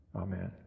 Amen